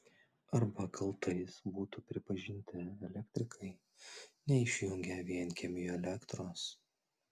arba kaltais būtų pripažinti elektrikai neišjungę vienkiemiui elektros